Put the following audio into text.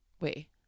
Wait